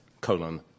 colon